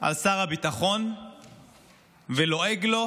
על שר הביטחון ולועג לו